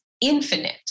infinite